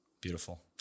Beautiful